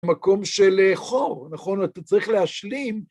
מקום של חור, נכון? אתה צריך להשלים.